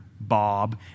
Bob